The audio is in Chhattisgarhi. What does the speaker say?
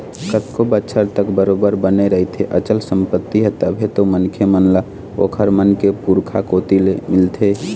कतको बछर तक बरोबर बने रहिथे अचल संपत्ति ह तभे तो मनखे मन ल ओखर मन के पुरखा कोती ले मिलथे